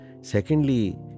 Secondly